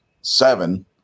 seven